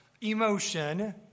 emotion